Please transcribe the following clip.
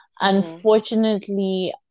Unfortunately